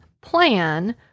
plan